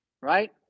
Right